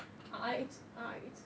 I I